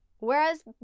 whereas